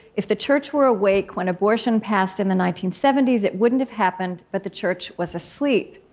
if the church were awake when abortion passed in the nineteen seventy s, it wouldn't have happened, but the church was asleep.